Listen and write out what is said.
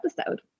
episode